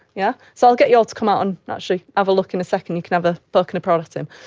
yeah so i'll get you all to come out and actually have a look in a second, you can have a poke and a prod at him.